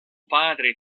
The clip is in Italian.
padre